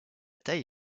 taille